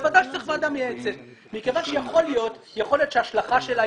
בוודאי שצריך ועדה מייעצת מכיוון שיכול להיות שהשלכה שלה